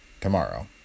tomorrow